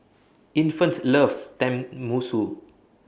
Infant loves Tenmusu